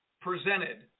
presented